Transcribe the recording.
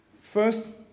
First